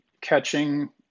catching